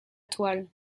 toile